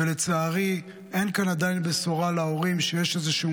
ולצערי עדיין אין כאן בשורה להורים שיש איזשהו